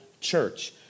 church